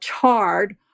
charred